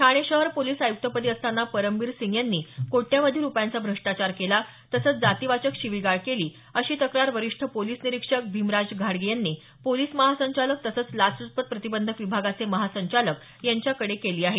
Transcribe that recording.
ठाणे शहर पोलिस आयुक्तपदी असताना परमबीर सिंग यांनी कोट्यवधी रुपयांचा भ्रष्टाचार केला तसंच जातीवाचक शिवीगाळ केली अशी तक्रार वरिष्ठ पोलीस निरीक्षक भिमराज घाडगे यांनी पोलिस महासंचालक तसंच लाचलवचपत प्रतिबंधक विभागाचे महासंचालक यांच्याकडे केली आहे